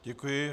Děkuji.